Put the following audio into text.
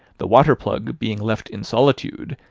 the water-plug being left in solitude,